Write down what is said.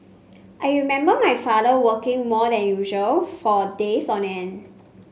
I remember my father working more than usual for days on end